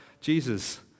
Jesus